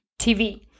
TV